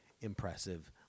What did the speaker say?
impressive